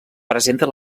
presenta